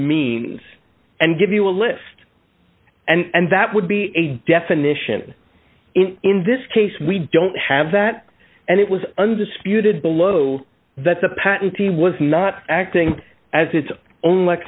means and give you a list and that would be a definition in this case we don't have that and it was undisputed below that's a patentee was not acting as its own l